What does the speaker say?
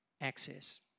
access